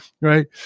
right